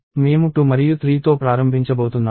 మేము 2 మరియు 3 తో ప్రారంభించబోతున్నాము